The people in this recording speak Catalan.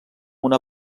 una